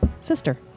sister